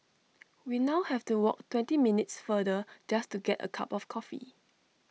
we now have to walk twenty minutes further just to get A cup of coffee